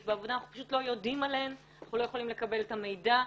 ואנחנו פשוט לא יודעים עליהן או לא יכולים לקבל את המידע.